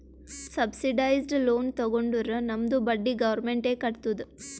subsidised loan ತಗೊಂಡುರ್ ನಮ್ದು ಬಡ್ಡಿ ಗೌರ್ಮೆಂಟ್ ಎ ಕಟ್ಟತ್ತುದ್